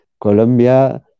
Colombia